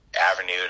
avenue